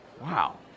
wow